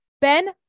Ben